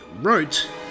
wrote